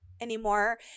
anymore